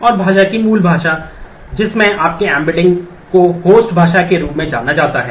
और भाषा की मूल भाषा जिसमें आपके एम्बेडिंग को होस्ट भाषा के रूप में जाना जाता है